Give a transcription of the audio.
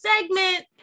segment